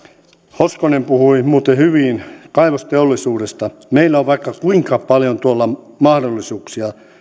hoskonen puhui muuten hyvin kaivosteollisuudesta meillä on vaikka kuinka paljon mahdollisuuksia